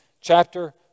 chapter